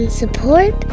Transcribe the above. support